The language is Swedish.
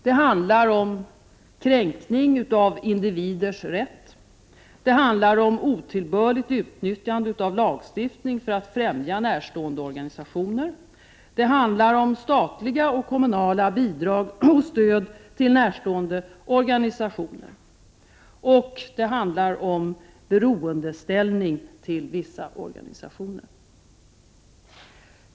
Det handlar om kränkning av individers rätt, om otillbörligt utnyttjande av lagstiftning för att främja närstående organisationer, om statliga och kommunala bidrag och stöd till närstående organisationer och om beroendeställning till vissa organisationer.